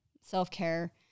self-care